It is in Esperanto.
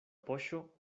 poŝo